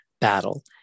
battle